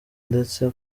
ndetse